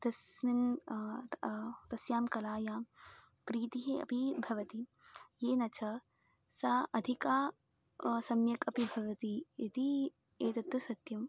तस्मिन् तस्यां कलायां प्रीतिः अपि भवति येन च सा अधिका सम्यक् अपि भवति इति एतत्तु सत्यम्